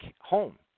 home